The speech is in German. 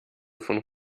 von